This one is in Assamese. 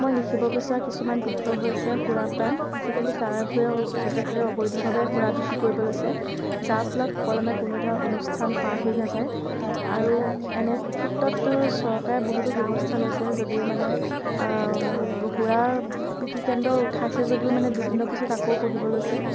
মই লিখিব বিচৰা কিছুমান বিষয় হৈছে সুৰাপান আজিকালি গাওঁৱে ভূঞে য'তে ত'তে অবৈধভাৱে সুৰা বিকি কৰিব লৈছে যাৰ ফলত সুকলমে কোনো এটা অনুষ্ঠান পাৰ হৈ নাযায় আৰু এনে ক্ষেত্ৰত চৰকাৰে বহুতো ব্যৱস্থা লৈছে যদিও মানে সুৰা বিকি কেন্দ্ৰ উঠাইছে যদিও মানে দুদিনৰ পিছত আকৌ বহিব লৈছে